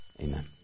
Amen